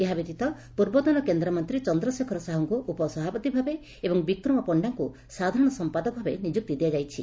ଏହା ବ୍ୟତୀତ ପୂର୍ବତନ କେନ୍ଦ୍ର ମନ୍ତୀ ଚନ୍ଦ୍ର ଶେଖର ସାହୁଙ୍କୁ ଉପସଭାପତି ଭାବେ ଏବଂ ବିକ୍ରମ ପଶ୍ତାଙ୍କୁ ସାଧାରଣ ସମ୍ପାଦକ ଭାବେ ନିଯୁକ୍ତି ଦିଆଯାଇଛି